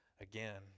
again